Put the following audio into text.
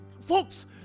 Folks